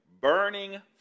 burning